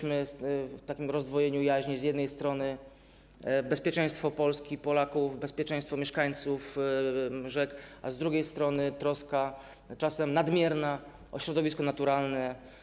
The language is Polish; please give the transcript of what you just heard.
Mamy takie rozdwojenie jaźni: z jednej strony jest bezpieczeństwo Polski i Polaków, bezpieczeństwo mieszkańców rzek, a z drugiej strony jest troska, czasem nadmierna, o środowisko naturalne.